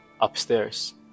upstairs